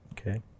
Okay